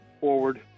forward